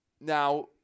Now